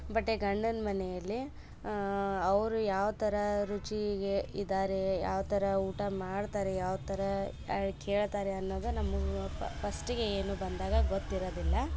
ಬಟ್ಟೆ ಗಂಡನ ಮನೆಯಲ್ಲಿ ಅವರು ಯಾವ ಥರಾ ರುಚೀಗೆ ಇದಾರೆ ಯಾವ ಥರ ಊಟ ಮಾಡ್ತಾರೆ ಯಾವ ಥರಾ ಕೇಳ್ತಾರೆ ಅನ್ನೋದು ನಮಗೆ ಪಸ್ಟಿಗೆ ಏನು ಬಂದಾಗ ಗೊತ್ತಿರೊದಿಲ್ಲ